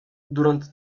durante